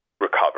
recover